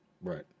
Right